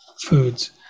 foods